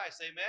Amen